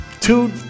two